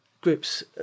groups